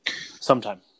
sometime